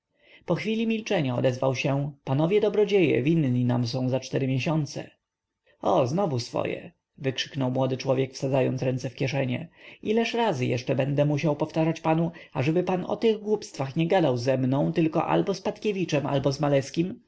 po chwili milczenia odezwał się panowie dobrodzieje winni nam są za cztery miesiące o znowu swoje wykrzyknął młody człowiek wsadzając ręce w kieszenie ileż razy jeszcze będę musiał powtarzać panu ażeby pan o tych głupstwach nie gadał ze mną tylko albo z patkiewiczem albo z maleskim